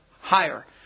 higher